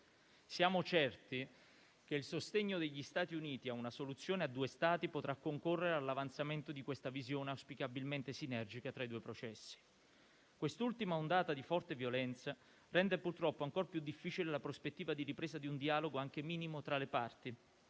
Siamo certi che il sostegno degli Stati Uniti a una soluzione a due Stati potrà concorrere all'avanzamento di questa visione auspicabilmente sinergica tra i due processi. Quest'ultima ondata di forte violenza rende purtroppo ancora più difficile la prospettiva di ripresa di un dialogo anche minimo tra le parti,